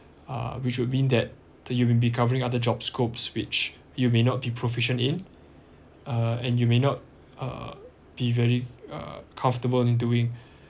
uh which would mean that that you will be covering other job scopes which you may not be proficient in uh and you may not uh be very uh comfortable in doing